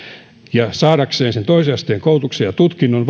ja sen toisen asteen koulutuksen ja tutkinnon